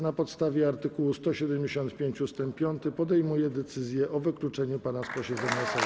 Na podstawie art. 175 ust. 5 podejmuję decyzję o wykluczeniu pana z posiedzenia Sejmu.